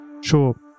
Sure